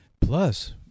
Plus